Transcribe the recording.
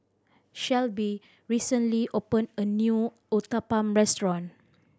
Shelbie recently opened a new Uthapam Restaurant